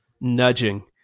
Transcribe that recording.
nudging